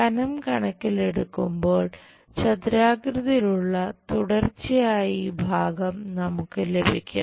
കനം കണക്കിലെടുക്കുമ്പോൾ ചതുരാകൃതിയിലുള്ള തുടർച്ചയായ ഈ ഭാഗം നമുക്ക് ലഭിക്കും